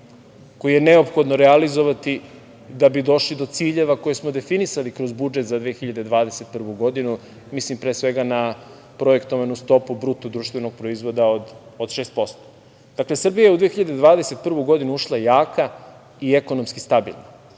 koji je neophodno realizovati da bi došli do ciljeva koje smo definisali kroz budžet za 2021. godinu, tu mislim pre svega na projektovanu stopu BDP od6%. Dakle, Srbija je u 2021. godinu ušla jaka i ekonomski stabilna,